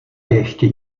ještě